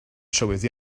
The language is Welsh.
trywydd